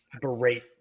berate